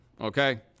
okay